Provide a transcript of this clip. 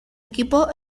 equipo